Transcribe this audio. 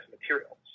materials